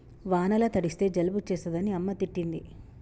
వానల తడిస్తే జలుబు చేస్తదని అమ్మ తిట్టింది